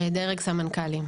דרג סמנכל"ים.